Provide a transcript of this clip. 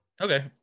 Okay